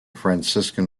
franciscan